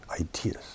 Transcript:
ideas